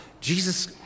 Jesus